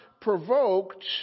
provoked